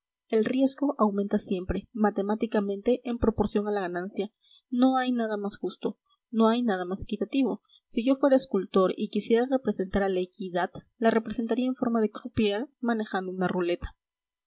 el riesgo aumenta siempre matemáticamente en proporción a la ganancia no hay nada más justo no hay nada más equitativo si yo fuera escultor y quisiera representar a la equidad la representaría en forma de croupier manejando una ruleta